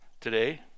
today